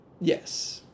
Yes